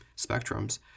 spectrums